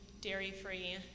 dairy-free